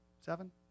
Seven